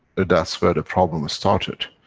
ah that's where the problem started.